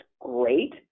great